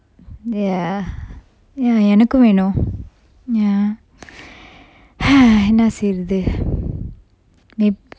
ya ya ya எனக்கும் வேணும்:enakkum venum ya என்ன செய்றது:enna seyrathu